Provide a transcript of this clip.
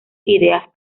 ideas